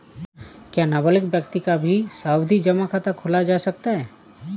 क्या नाबालिग व्यक्ति का भी सावधि जमा खाता खोला जा सकता है?